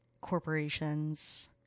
corporations